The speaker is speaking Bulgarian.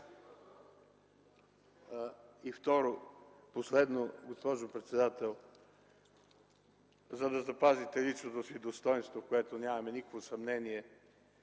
Фидосова. Последно, госпожо председател. За да запазите личното си достойнство, в което нямаме никакво съмнение,